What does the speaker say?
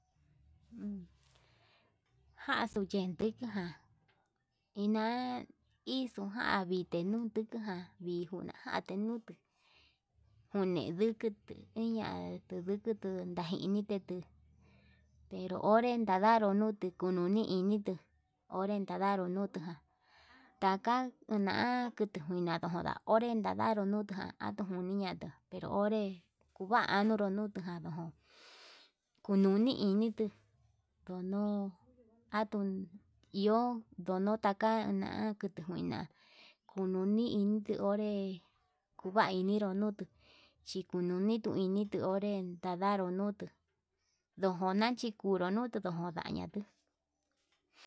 Janxuu yandeke ján ina'a vixe jan ndute nuteján, vijunate nuu te njunedukutu uña njunidutu ndajine kutu, pero onre ndadado note kununi nituu onre dadanró nutu ján, kana njuna kutu kuina onré ndadanru nute jan ato'o njuniñan pero onré, kuu va'a nunru nutu jan nró kununi ini tuu kunró atuun iho ndono taka na'a kutu njuina, kununi inte onré kuvai ninro nutuu chikununitu nituu onré ndadanro nuutu ndojona chikuru nutu ndojona ñatuu.